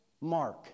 mark